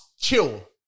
chill